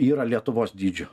yra lietuvos dydžio